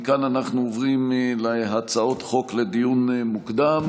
מכאן אנחנו עוברים להצעות חוק לדיון מוקדם.